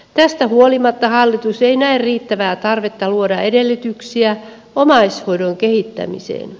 tästä huolimatta hallitus ei näe riittävää tarvetta luoda edellytyksiä omaishoidon kehittämiseen